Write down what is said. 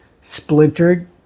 splintered